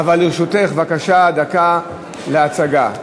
לרשותך דקה להצגה.